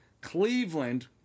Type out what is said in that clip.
Cleveland